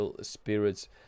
spirits